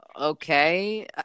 okay